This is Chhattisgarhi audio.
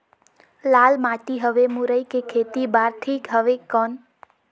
लाल माटी हवे मुरई के खेती बार ठीक हवे कौन?